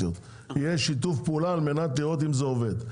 יהיה שיתוף פעולה על מנת לראות אם זה עובד.